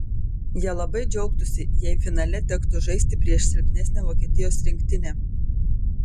jie labai džiaugtųsi jei finale tektų žaisti prieš silpnesnę vokietijos rinktinę